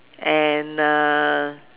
and uh